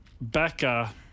Becca